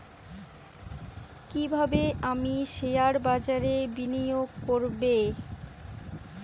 কিভাবে আমি শেয়ারবাজারে বিনিয়োগ করবে?